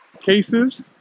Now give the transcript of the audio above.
cases